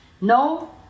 No